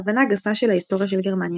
הבנה גסה של ההיסטוריה של גרמניה.